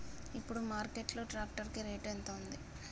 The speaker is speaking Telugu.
ఇప్పుడు మార్కెట్ లో ట్రాక్టర్ కి రేటు ఎంత ఉంది?